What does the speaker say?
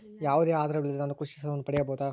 ಯಾವುದೇ ಆಧಾರವಿಲ್ಲದೆ ನಾನು ಕೃಷಿ ಸಾಲವನ್ನು ಪಡೆಯಬಹುದಾ?